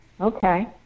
Okay